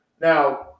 Now